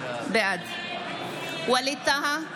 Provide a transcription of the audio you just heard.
בעד ווליד טאהא,